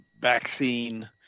vaccine